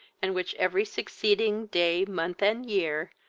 and which every succeeding day, month, and year,